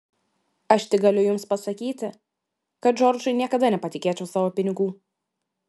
aš tik galiu jums pasakyti kad džordžui niekada nepatikėčiau savo pinigų